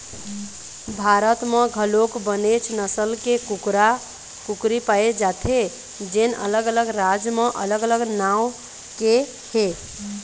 भारत म घलोक बनेच नसल के कुकरा, कुकरी पाए जाथे जेन अलग अलग राज म अलग अलग नांव के हे